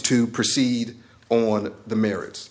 to proceed on the merits